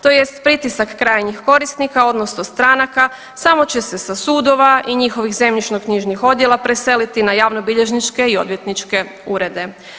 Tj. pritisak krajnjih korisnika odnosno stranaka samo će se sa sudova i njihovih zemljišnoknjižnih odjela preseliti na javnobilježničke i odvjetničke urede.